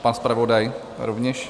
Pan zpravodaj rovněž?